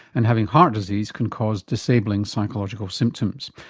and having heart disease can cause disabling psychological symptoms.